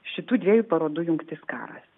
šitų dviejų parodų jungtys karas